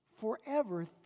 forever